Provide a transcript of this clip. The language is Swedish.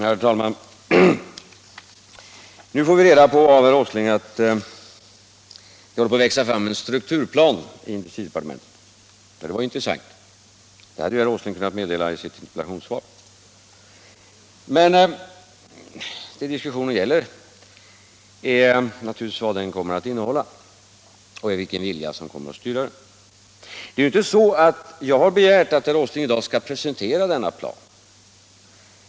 Herr talman! Nu får vi reda på av herr Åsling att det håller på att växa fram en strukturplan i industridepartementet. Det var ju intressant, men det hade väl herr Åsling kunnat meddela i sitt interpellationssvar. Men vad diskussionen gäller är naturligtvis vad denna plan kommer att innehålla och vilken vilja som kommer att styra den. Jag har inte begärt att herr Åsling i dag skall presentera denna plan.